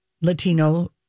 Latino